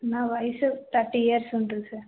నా వయసు thirty years ఉంటుంది సార్